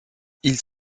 ils